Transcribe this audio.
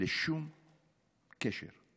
לשום קשר,